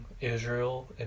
Israel